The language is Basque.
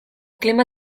klima